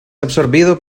absorbido